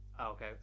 Okay